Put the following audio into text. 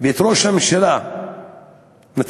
ואת ראש הממשלה נתניהו,